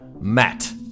Matt